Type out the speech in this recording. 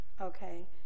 okay